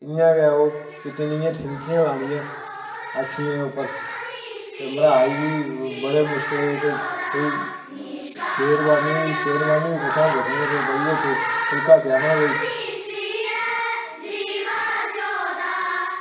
इं'या गै ओह् चिट्टी नेहियां ठीमकियां लानियां अक्खियें उप्पर ते मरहाज बी बड़े मुश्कलें कोई शेरवानी शेरवानी बी कुत्थां दिक्खनी कोई बधिया खिलखा सेआना कोई